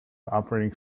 operating